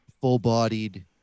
full-bodied